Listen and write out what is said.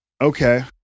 Okay